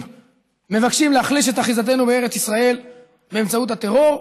מבקשים להחליש את אחיזתנו בארץ ישראל באמצעות הטרור,